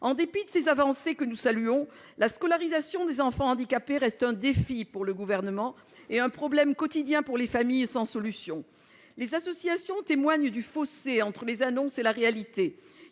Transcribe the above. En dépit de ces avancées, que nous saluons, la scolarisation des enfants handicapés reste un défi pour le Gouvernement et un problème quotidien pour les familles qui n'ont pas encore de solution. Les associations témoignent du fossé entre les annonces et la réalité.